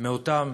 מאותם